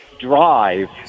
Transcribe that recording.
Drive